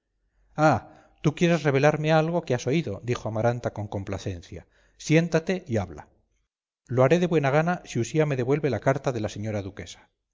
ah tú quieres revelarme algo que has oído dijo amaranta con complacencia siéntate y habla lo haré de buena gana si usía me devuelve la carta de la señora duquesa